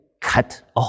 cut